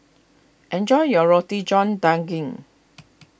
enjoy your Roti John Daging